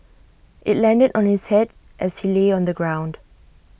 IT landed on his Head as he lay on the ground